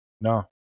No